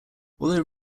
although